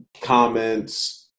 comments